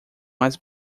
mais